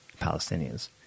Palestinians